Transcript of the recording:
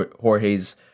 Jorge's